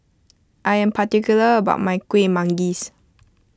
I am particular about my Kuih Manggis